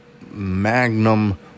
Magnum